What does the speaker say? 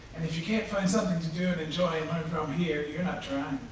and if you can't find something to do and enjoy and learn from here, you're not trying.